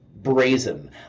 brazen